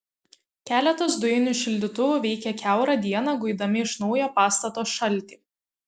keletas dujinių šildytuvų veikė kiaurą dieną guidami iš naujo pastato šaltį